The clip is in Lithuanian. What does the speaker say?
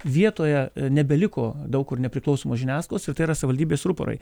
vietoje nebeliko daug kur nepriklausomos žiniasklaidos ir tai yra savivaldybės ruporai